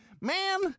man